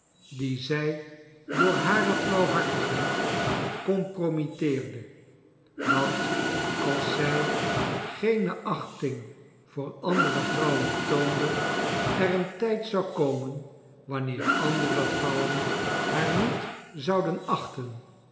die zij door hare flauwhartigheid compromitteerde dat als zij geene achting voor andere vrouwen toonde er een tijd zou komen wanneer andere vrouwen haar niet zouden achten